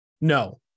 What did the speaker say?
No